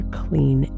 clean